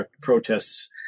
protests